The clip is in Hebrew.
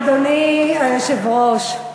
אדוני היושב-ראש,